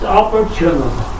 opportunity